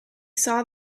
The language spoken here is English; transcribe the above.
saw